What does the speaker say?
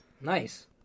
nice